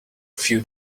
few